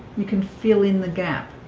you can fill in the gap